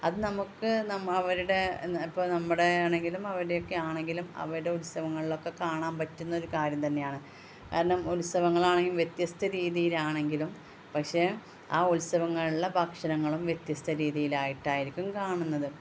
അത് നമുക്ക് അവരുടെ ഇപ്പോൾ നമ്മുടെ ആണെങ്കിലും അവരുടെയൊക്കെ ആണെങ്കിലും അവരുടെ ഉത്സവങ്ങളിലൊക്കെ കാണാൻ പറ്റുന്ന ഒരു കാര്യം തന്നെയാണ് കാരണം ഉത്സവങ്ങളാണെങ്കിലും വ്യത്യസ്ത രീതിയിലാണെങ്കിലും പക്ഷേ ആ ഉത്സവങ്ങളിലെ ഭക്ഷണങ്ങളും വ്യത്യസ്ത രീതിയിൽ ആയിട്ടായിരിക്കും കാണുന്നത്